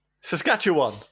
Saskatchewan